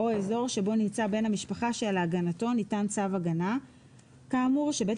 או אזור שבו נמצא בן המשפחה שלהגנתנו ניתן צו הגנה כאמור שבית